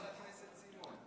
חבר הכנסת סימון,